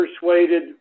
persuaded